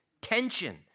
tension